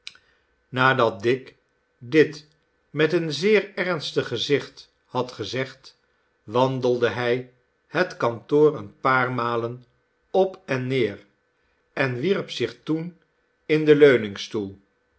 nadat dick dit met een zeer ernstig gezicht had gezegd wandelde hij het kantoor een paar malen op en neer en wierp zich toen in den